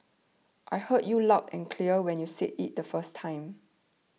I heard you loud and clear when you said it the first time